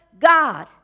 God